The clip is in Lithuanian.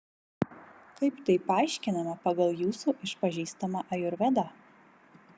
kaip tai paaiškinama pagal jūsų išpažįstamą ajurvedą